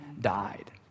died